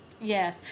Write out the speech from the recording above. Yes